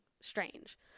strange